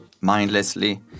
mindlessly